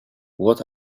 what